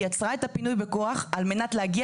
היא עצרה את הפינוי בכוח על מנת להגיע